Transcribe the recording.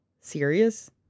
serious